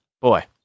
boy